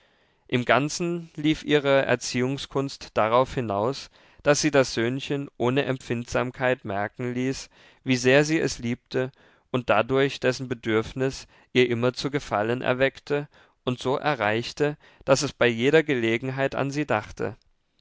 im ganzen lief ihre erziehungskunst darauf hinaus daß sie das söhnchen ohne empfindsamkeit merken ließ wie sehr sie es liebte und dadurch dessen bedürfnis ihr immer zu gefallen erweckte und so erreichte daß es bei jeder gelegenheit an sie dachte